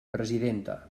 presidenta